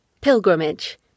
Pilgrimage